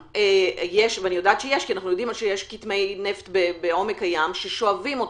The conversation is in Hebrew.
אנחנו יודעים שיש כתמי נפט בעומק הים ששואבים אותם.